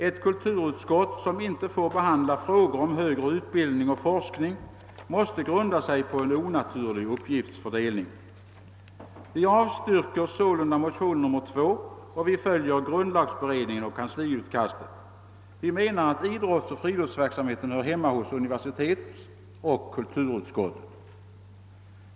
Ett kulturutskott som inte får behandla frågor om högre utbildning och forskning måste grunda sig på en onaturlig uppgiftsfördelning. Vi avstyrker därför motionen 2 och följer grundlagberedningen och kansliutkastet. Vi menar att ärenden om idrottsoch friluftsverksamhet hör hemma hos universitetsoch kulturutskottet.